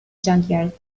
junkyard